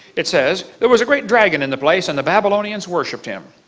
it says, there was a great dragon in the place and the babylonians worshipped him.